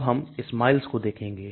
अब हम SMILES को देखेंगे